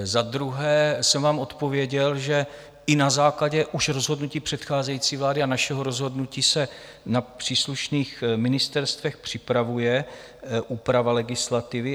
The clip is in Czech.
Za druhé jsem vám odpověděl, že i na základě už rozhodnutí předcházející vlády a našeho rozhodnutí se na příslušných ministerstvech připravuje úprava legislativy.